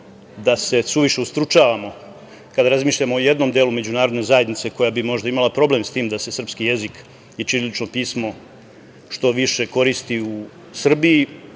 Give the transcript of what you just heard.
da se suviše ustručavamo kad razmišljamo o jednom delu međunarodne zajednice koja bi možda imala problem sa tim da se srpski jezik i ćirilično pismo što više koristi u Srbiji.S